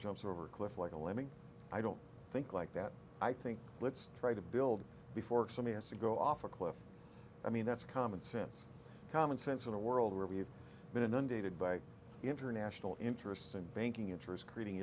jumps over a cliff like a lemming i don't think like that i think let's try to build before something else to go off a cliff i mean that's common sense common sense in a world where we've been inundated by international interests and banking interests creating